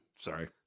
Sorry